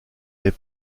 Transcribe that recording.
mais